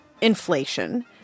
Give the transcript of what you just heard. inflation